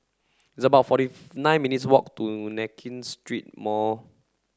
it's about forty nine minutes' walk to Nankin Street Mall